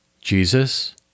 Jesus